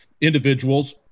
individuals